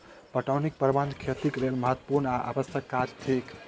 पटौनीक प्रबंध खेतीक लेल महत्त्वपूर्ण आ आवश्यक काज थिक